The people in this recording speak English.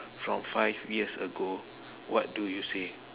from five years ago what do you say